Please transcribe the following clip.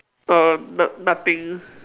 err no~ nothing